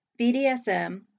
BDSM